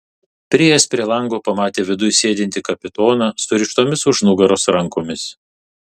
priėjęs prie lango pamatė viduj sėdintį kapitoną surištomis už nugaros rankomis